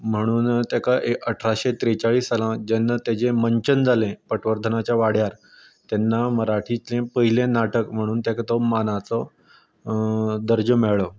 म्हणून तेका एक अठराशे त्रेचाळीस सालांत जेन्ना तेजें मंचन जालें पठवर्धनाच्या वाड्यार तेन्ना मराठीचें पयलें नाटक म्हणून तेका तो मानाचो दर्जो मेळ्ळो